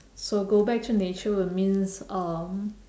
so go back to nature would means um